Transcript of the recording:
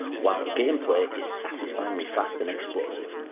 while gameplay is satisfyingly fast and explosive.